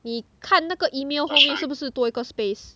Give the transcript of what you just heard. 你看那个 email 后面是不是多一个 space